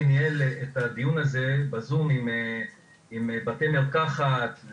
ניהל את הדיון הזה בזום עם בתי מרקחת,